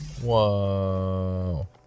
Whoa